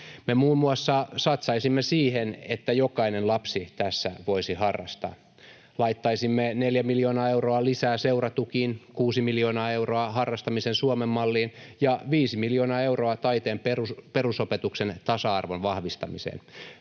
Me muun muassa satsaisimme siihen, että jokainen lapsi tässä voisi harrastaa. Laittaisimme neljä miljoonaa euroa lisää seuratukiin, kuusi miljoonaa euroa harrastamisen Suomen malliin ja viisi miljoonaa euroa taiteen perusopetuksen tasa-arvon vahvistamiseen.